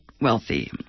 wealthy